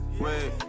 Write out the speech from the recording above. Wait